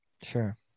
Sure